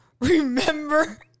remember